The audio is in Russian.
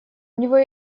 него